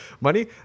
money